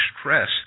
stress